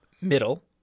middle